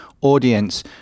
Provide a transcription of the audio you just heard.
audience